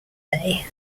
day